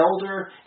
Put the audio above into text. elder